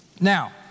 Now